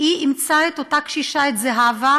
היא אימצה את אותה קשישה, את זהבה,